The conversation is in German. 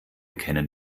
kennen